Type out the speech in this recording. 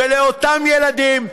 ולאותם ילדים,